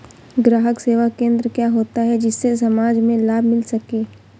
ग्राहक सेवा केंद्र क्या होता है जिससे समाज में लाभ मिल सके?